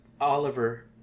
Oliver